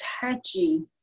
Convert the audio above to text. touchy